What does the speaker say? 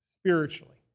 spiritually